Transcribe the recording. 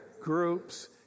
groups